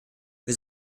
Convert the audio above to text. wir